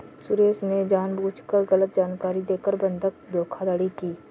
सुरेश ने जानबूझकर गलत जानकारी देकर बंधक धोखाधड़ी की